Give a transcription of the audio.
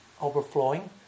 overflowing